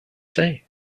say